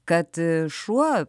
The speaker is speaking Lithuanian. kad šuo